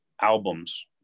albums